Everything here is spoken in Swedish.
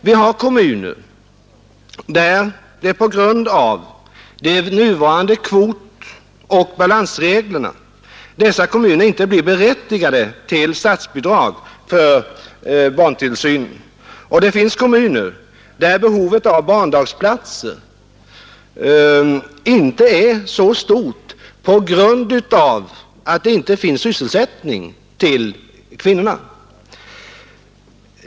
Vi har kommuner som på grund av de nuvarande kvotoch balansreglerna inte blir berättigade till statsbidrag för barntillsyn, och det finns kommuner där behovet av barndagsplatser inte är så stort på grund av att det inte finns sysselsättning för kvinnorna.